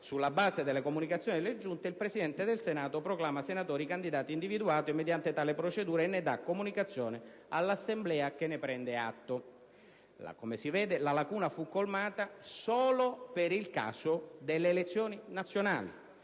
sulla base delle comunicazioni della Giunta, il Presidente del Senato proclama senatori i candidati individuati mediante tale procedura e ne dà comunicazione all'Assemblea, che ne prende atto. Come si vede, la lacuna fu colmata solo per il caso delle elezioni nazionali,